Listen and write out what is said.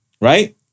right